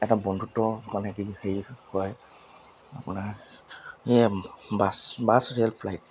এটা বন্ধুত্ব মানে কি হেৰি হয় আপোনাৰ সেই বাছ বাছ ৰেল ফ্লাইট